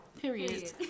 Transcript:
Period